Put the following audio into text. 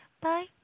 Bye